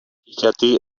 γιατί